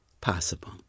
possible